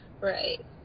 Right